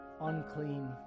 unclean